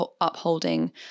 upholding